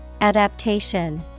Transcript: Adaptation